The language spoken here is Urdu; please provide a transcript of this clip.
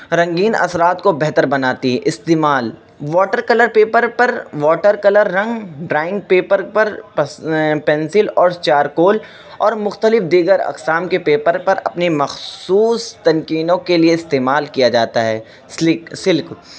رنگین اثرات کو بہتر بناتی ہے استعمال واٹر کلر پیپر پر واٹر کلر رنگ ڈرائنگ پیپر پر پنسل اور چارکول اور مختلف دیگر اقسام کے پیپر پر اپنے مخصوص تنکینوں کے لیے استعمال کیا جاتا ہے سلک سلک